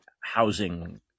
housing